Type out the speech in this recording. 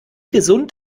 gesund